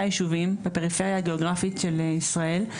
ישובים בפריפריה הגיאוגרפית של מדינת ישראל.